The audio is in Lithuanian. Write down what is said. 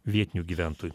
vietinių gyventojų